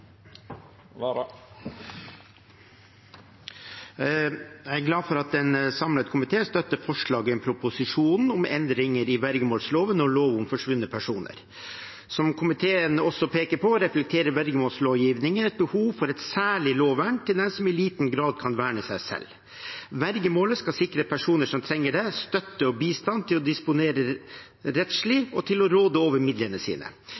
Jeg er glad for at en samlet komité støtter forslaget i proposisjonen om endringer i vergemålsloven og lov om forsvunne personer. Som komiteen også peker på, reflekterer vergemålslovgivningen et behov for et særlig lovvern til den som i liten grad kan verne seg selv. Vergemålet skal sikre personer som trenger det, støtte og bistand til å disponere rettslig og råde over